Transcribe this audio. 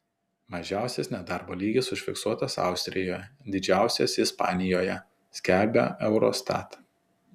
mažiausias nedarbo lygis užfiksuotas austrijoje didžiausias ispanijoje skelbia eurostat